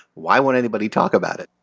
why won't anybody talk about it?